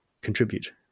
contribute